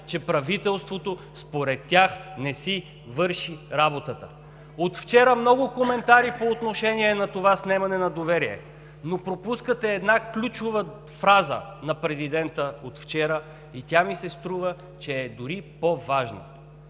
че правителството според тях не си върши работата. От вчера има много коментари по отношение на това снемане на доверие, но пропускате една ключова фраза на президента от вчера и тя ми се струва, че е дори по-важна.